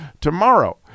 tomorrow